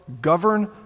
govern